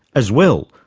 as well,